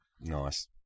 nice